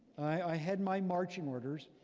i had my marching orders.